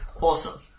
Awesome